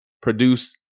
produce